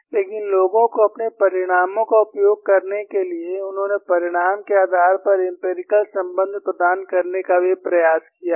लेकिन लोगों को अपने परिणामों का उपयोग करने के लिए उन्होंने परिणाम के आधार पर एम्पिरिकल संबंध प्रदान करने का भी प्रयास किया है